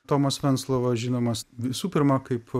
tomas venclova žinomas visų pirma kaip